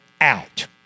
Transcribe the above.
out